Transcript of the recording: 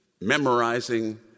memorizing